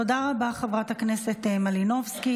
תודה רבה, חברת הכנסת מלינובסקי.